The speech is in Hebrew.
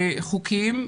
חוקים.